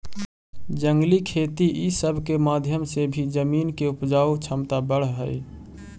जंगली खेती ई सब के माध्यम से भी जमीन के उपजाऊ छमता बढ़ हई